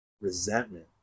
resentment